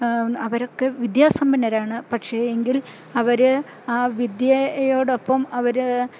അവരൊക്കെ വിദ്യാസമ്പന്നരാണ് പക്ഷേ എങ്കിൽ അവര് ആ വിദ്യയോടൊപ്പം അവര്